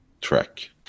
track